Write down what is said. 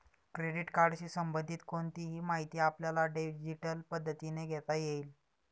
credit कार्डशी संबंधित कोणतीही माहिती आपल्याला डिजिटल पद्धतीने घेता येईल